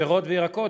פירות וירקות,